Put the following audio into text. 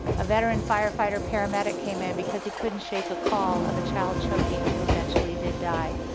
a veteran firefighter paramedic came in because he couldn't shake a call of a child choking who eventually did die.